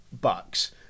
bucks